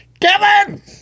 Kevin